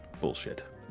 bullshit